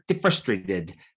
frustrated